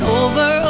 over